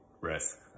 risk